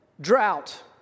drought